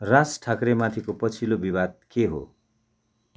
राज ठाकरेमाथिको पछिल्लो विवाद के हो